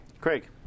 Craig